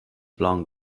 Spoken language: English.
blonde